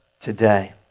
today